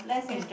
okay